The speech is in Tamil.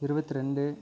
இருபதிரெண்டு